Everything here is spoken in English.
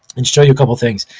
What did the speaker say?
and show you a couple of things.